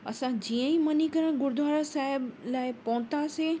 असां जीअं ई मणिकरण गुरुद्वारा साहिबु लाइ पहुतासीं